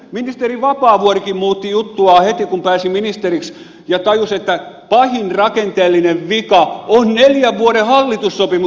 ministeri vapaavuorikin muutti juttuaan heti kun pääsi ministeriksi ja tajusi että pahin rakenteellinen vika on neljän vuoden hallitussopimus